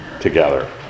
together